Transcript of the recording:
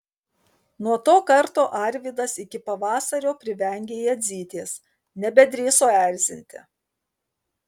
nuo to karto arvydas iki pavasario privengė jadzytės nebedrįso erzinti